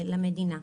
למדינה.